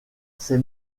ses